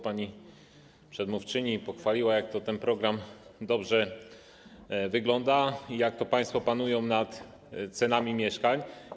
Pani przedmówczyni pochwaliła, jak ten program dobrze wygląda i jak państwo panują nad cenami mieszkań.